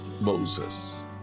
moses